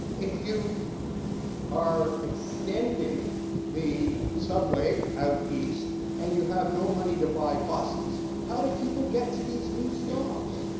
if you are extending the subway out east, and you have no money to buy busses, how do people get to these new stops?